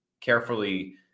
carefully